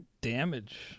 damage